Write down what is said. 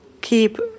keep